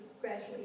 gradually